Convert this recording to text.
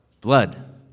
Blood